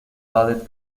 ballet